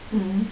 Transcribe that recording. mm